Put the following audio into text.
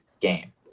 game